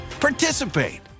participate